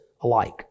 alike